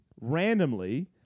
randomly